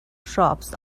shops